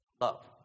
love